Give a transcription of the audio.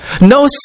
No